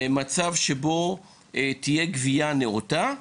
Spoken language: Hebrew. מצב שבו תהיה גבייה נאותה,